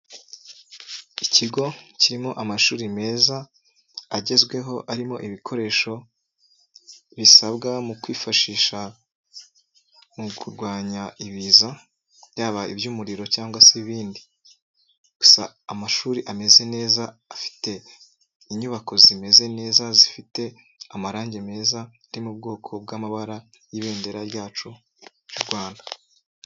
Ikigo kirimo amashuri meza agezweho arimo ibikoresho bisabwa mu kwifashisha mu kurwanya ibiza byaba iby'umuriro cyangwa se ibindi, gusa amashuri ameze neza afite inyubako zimeze neza zifite amarangi meza ari mu bwoko bw'amabara y'ibendera ryacu ry'u Rwanda.